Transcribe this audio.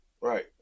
Right